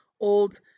old